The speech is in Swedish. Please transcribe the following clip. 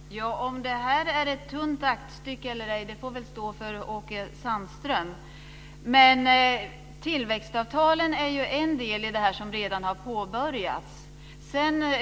Herr talman! Om det här är ett tunt aktstycke eller ej - det får väl stå för Åke Sandström. Tillväxtavtalen är ju en del i det här som redan har påbörjats.